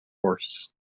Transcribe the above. horse